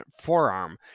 forearm